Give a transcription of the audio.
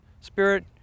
Spirit